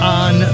on